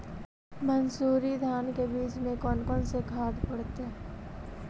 मंसूरी धान के बीज में कौन कौन से खाद पड़तै?